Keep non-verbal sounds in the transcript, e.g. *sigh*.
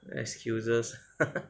excuses *laughs*